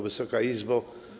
Wysoka Izbo!